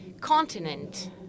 continent